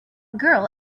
girl